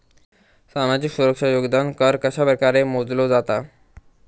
सामाजिक सुरक्षा योगदान कर कशाप्रकारे मोजलो जाता